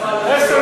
ירושלים.